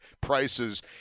prices